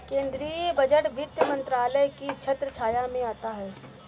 केंद्रीय बजट वित्त मंत्रालय की छत्रछाया में आता है